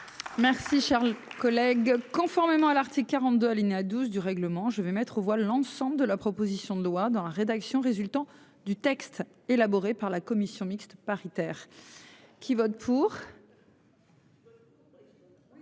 Merci Charles. Collègues conformément à l'article 42 alinéa 12 du règlement, je vais mettre aux voix l'ensemble de la proposition de loi dans la rédaction résultant du texte élaboré par la commission mixte paritaire. Qui vote pour.